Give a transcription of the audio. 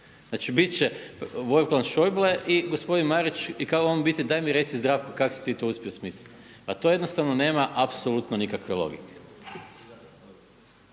Znači bit će Wofgang Schaeuble i gospodine Marić i kao on u biti daj mi reci Zdravko kako si ti to uspio smisliti. Pa to jednostavno nema apsolutno nikakve logike.